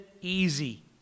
easy